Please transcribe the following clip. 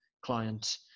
client